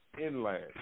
inland